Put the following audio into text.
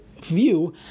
view